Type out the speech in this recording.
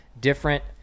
Different